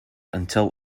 until